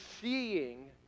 seeing